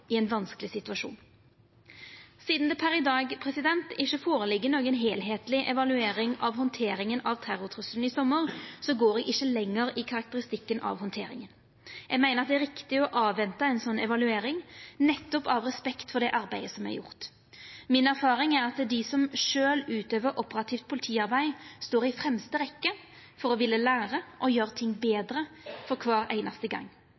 i ein vanskeleg situasjon. Sidan det per i dag ikkje ligg føre noka heilskapleg evaluering av handteringa av terrortrusselen i sommar, går eg ikkje lenger i karakteristikken av handteringa. Eg meiner at det er riktig å venta på ei sånn evaluering, nettopp av respekt for det arbeidet som er gjort. Mi erfaring er at dei som sjølve utøver operativt politiarbeid, står i fremste rekke for å villa læra å gjera ting